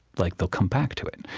like they'll come back to it.